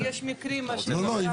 לא, לא.